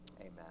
Amen